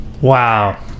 Wow